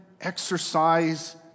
exercise